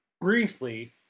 briefly